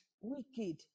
wicked